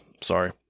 Sorry